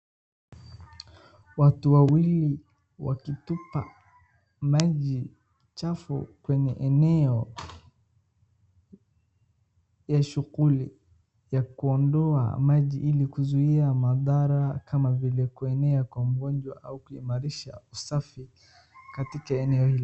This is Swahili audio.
Watu wawili wakitupa maji chafu kwenye eneo ya shughuli ya kuondoa maji ili kuzuia madhara kama vile kuenea kwa mgonjwa au kuimarisha usafi katika eneo hilo.